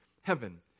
heaven